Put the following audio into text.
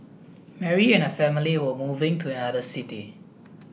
Mary and her family were moving to another city